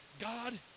God